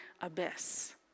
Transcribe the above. abyss